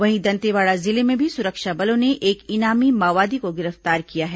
वहीं दंतेवाड़ा जिले में भी सुरक्षा बलों ने एक इनामी माओवादी को गिरफ्तार किया है